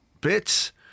bits